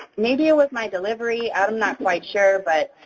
maybe it was my delivery, i'm not quite sure. but